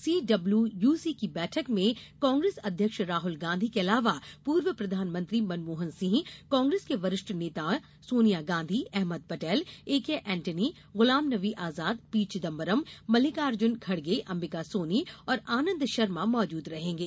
CWC की बैठक में कांग्रेस अध्यक्ष राहल गांधी के अलावा पूर्व प्रधानमंत्री मनमोहन सिंह कांग्रेस के वरिष्ठ नेताओं सोनिया गांधी अहमद पटेल ए के एंटनी गुलाम नबी आजाद पीचिदंबरम मल्लिकार्जुन खड़गे अंबिका सोनी और आनंद शर्मा मौजूद रहेंगे